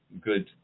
good